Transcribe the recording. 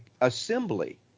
assembly